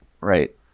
Right